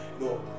No